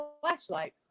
flashlight